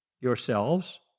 yourselves